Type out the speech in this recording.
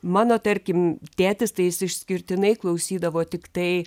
mano tarkim tėtis tai jis išskirtinai klausydavo tiktai